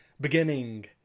beginning